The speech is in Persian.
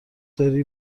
داری